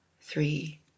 three